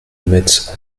metz